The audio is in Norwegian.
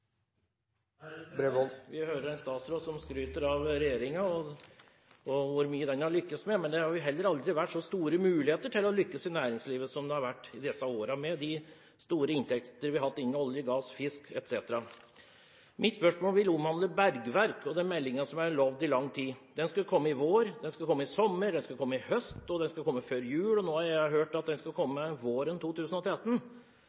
hører en statsråd som skryter av regjeringen og hvor mye den har lyktes med. Men det har jo heller aldri vært så store muligheter til å lykkes i næringslivet som det har vært i disse årene, med de store inntektene vi har hatt innen olje, gass, fisk etc. Mitt spørsmål vil omhandle bergverk og den meldingen som er lovet i lang tid. Den skulle komme i vår, den skulle komme i sommer, den skulle komme i høst, og den skulle komme før jul – og nå har jeg hørt at den skal